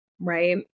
right